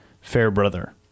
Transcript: Fairbrother